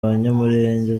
abanyamulenge